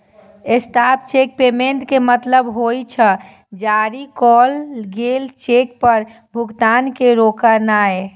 stop cheque payment के मतलब होइ छै, जारी कैल गेल चेक पर भुगतान के रोकनाय